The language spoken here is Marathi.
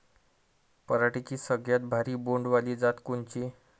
पराटीची सगळ्यात भारी बोंड वाली जात कोनची?